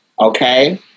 okay